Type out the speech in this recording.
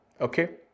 Okay